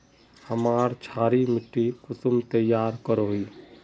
हमार क्षारी मिट्टी कुंसम तैयार करोही?